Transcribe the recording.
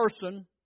person